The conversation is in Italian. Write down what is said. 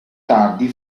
tardi